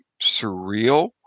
surreal